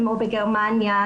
כמו בגרמניה,